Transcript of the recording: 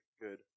good